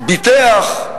ביטח,